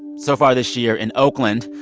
so far this year in oakland,